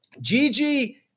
Gigi